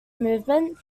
movement